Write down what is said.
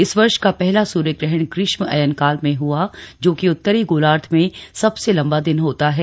इस वर्ष का पहला सूर्यग्रहण ग्रीष्म अयनकाल में हुआ जोकि उत्तरी गोलार्ध में सबसे लंबा दिन होता है